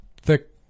thick